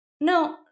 no